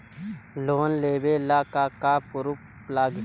Loan लेबे ला का का पुरुफ लागि?